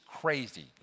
crazy